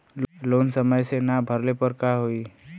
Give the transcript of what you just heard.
Loan समय से ना भरले पर का होयी?